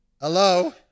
Hello